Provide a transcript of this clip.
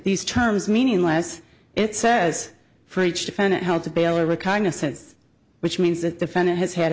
these terms meaningless it says for each defendant held to bail reconnaissance which means that the fed has had